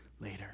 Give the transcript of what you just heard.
later